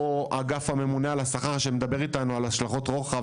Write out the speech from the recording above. או אגף הממונה על שכר שמדבר איתנו על השכלות רוחב,